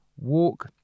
walk